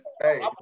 hey